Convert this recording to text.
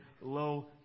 low